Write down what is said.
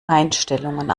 einstellungen